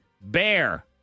bear